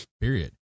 Period